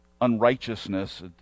unrighteousness